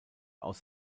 aus